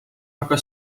aga